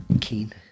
keen